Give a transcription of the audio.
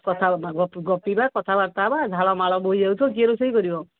କଥା ଗପିିବା କଥାବାର୍ତ୍ତା ହେବା ଝାଳ ନାଳ ବୋହିଯାଉଥିବ କିିଏ ରୋଷେଇ କରିବ